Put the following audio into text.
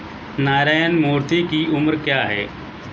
ناراین مورتی کی عمر کیا ہے